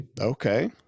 Okay